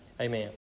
Amen